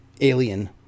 alien